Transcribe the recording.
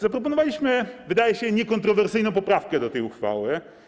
Zaproponowaliśmy, wydaje się, niekontrowersyjną poprawkę do tej uchwały.